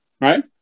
Right